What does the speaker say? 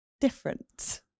different